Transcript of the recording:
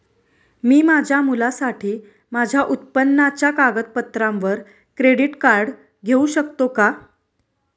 मी माझ्या मुलासाठी माझ्या उत्पन्नाच्या कागदपत्रांवर क्रेडिट कार्ड घेऊ शकतो का?